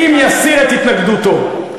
אם יסיר את התנגדותו.